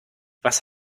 was